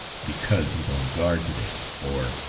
because he's on guard to-day, or,